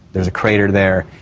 there's a crater there.